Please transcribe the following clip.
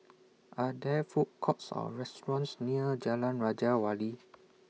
Are There Food Courts Or restaurants near Jalan Raja Wali